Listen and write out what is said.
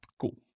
Cool